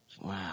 Wow